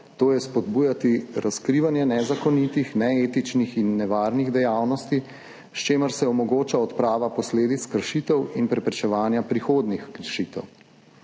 to je spodbujati razkrivanje nezakonitih, neetičnih in nevarnih dejavnosti, s čimer se omogoča odprava posledic kršitev in preprečevanje prihodnjih kršitev.